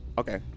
Okay